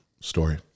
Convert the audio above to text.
story